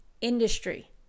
industry